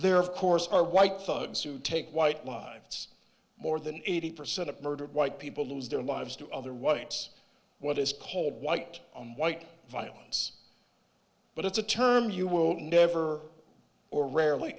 there of course are white thugs who take white lives more than eighty percent of murdered white people lose their lives to other whites what is called white on white violence but it's a term you will never or rarely